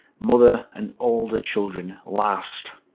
mother and older children last.